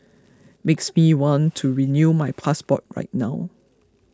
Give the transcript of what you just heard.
makes me want to renew my passport right now